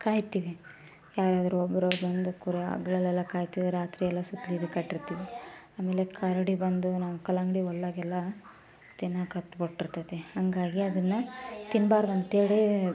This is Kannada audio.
ಕಾಯ್ತೀವಿ ಯಾರಾದರೂ ಒಬ್ಬರು ಬಂದು ಕುರೆ ಹಗಲಲ್ಲೆಲ್ಲ ಕಾಯ್ತೀವಿ ರಾತ್ರಿ ಎಲ್ಲ ಸುತ್ಲು ಇದು ಕಟ್ಟಿರ್ತೀವಿ ಆಮೇಲೆ ಕರಡಿ ಬಂದು ನಮ್ಮ ಅಂಕಲ್ ಅಂಗಡಿ ಹೊಲ್ದಾಗೆಲ್ಲ ತಿನ್ನೋಕೆ ಹತ್ಬಿಟ್ಟಿರ್ತೈತಿ ಹಾಗಾಗಿ ಅದನ್ನು ತಿನ್ನಬಾರ್ದ ಅಂಥೇಳಿ